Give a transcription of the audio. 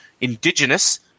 indigenous